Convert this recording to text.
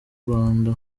rwanda